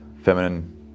feminine